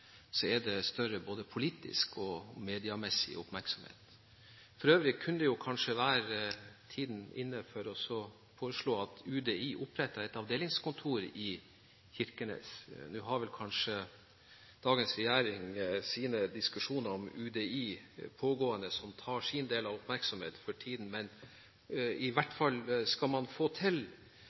er det noe denne saken trenger, er det større både politisk og mediemessig oppmerksomhet. For øvrig kunne tiden kanskje være inne for å foreslå at UDI opprettet et avdelingskontor i Kirkenes. Nå har vel dagens regjering pågående diskusjoner om UDI som tar sin del av oppmerksomheten for tiden, men, i hvert fall, hvis man skal få til